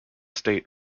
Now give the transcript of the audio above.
state